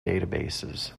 databases